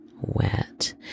wet